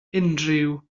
unrhyw